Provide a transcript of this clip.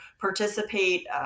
participate